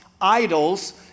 idols